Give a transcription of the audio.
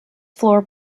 floor